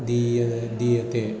दीयते दीयते